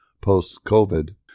post-COVID